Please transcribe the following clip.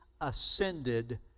ascended